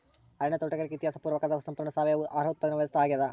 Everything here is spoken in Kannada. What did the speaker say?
ಅರಣ್ಯ ತೋಟಗಾರಿಕೆ ಇತಿಹಾಸ ಪೂರ್ವಕಾಲದ ಸಂಪೂರ್ಣ ಸಾವಯವ ಆಹಾರ ಉತ್ಪಾದನೆ ವ್ಯವಸ್ಥಾ ಆಗ್ಯಾದ